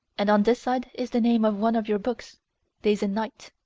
and on this side is the name of one of your books days and nights.